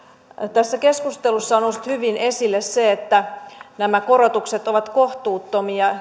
tässä keskustelussa on noussut hyvin esille se että nämä korotukset ovat kohtuuttomia